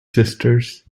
sisters